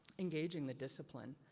engaging the discipline.